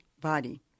body